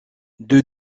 deux